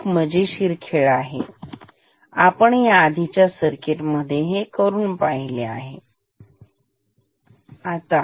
हा एक मजेशीर खेळ आहे आपण या आधीच्या सर्किट साठी जे केले ते इथेही करून पहा